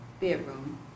bedroom